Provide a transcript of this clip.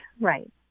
right